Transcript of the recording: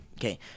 Okay